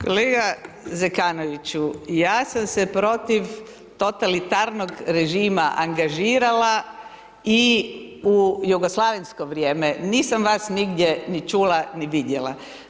Kolega Zekanoviću, ja sam se protiv totalitarnog režima angažirala i u jugoslavensko vrijeme, nisam vas nigdje ni čula ni vidjela.